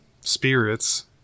spirits